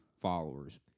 followers